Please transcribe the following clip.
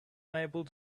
unable